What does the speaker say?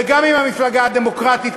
וגם עם המפלגה הדמוקרטית,